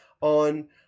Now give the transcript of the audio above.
on